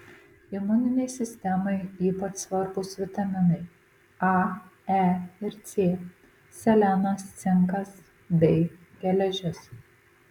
imuninei sistemai ypač svarbūs vitaminai a e ir c selenas cinkas bei geležis